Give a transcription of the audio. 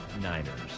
Niners